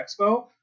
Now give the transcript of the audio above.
expo